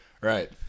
Right